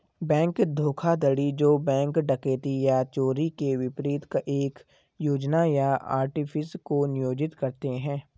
bank धोखाधड़ी जो bank डकैती या चोरी के विपरीत एक योजना या आर्टिफिस को नियोजित करते हैं